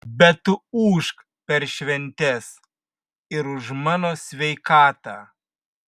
bet tu ūžk per šventes ir už mano sveikatą